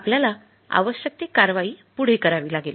आपल्याला आवश्यक ती कारवाई पुढे करावी लागेल